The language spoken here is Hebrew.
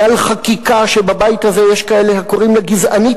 גל חקיקה שבבית הזה יש כאלה הקוראים לה גזענית,